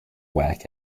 whack